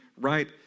right